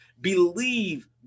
believe